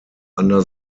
under